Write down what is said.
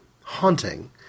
haunting